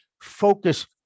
focus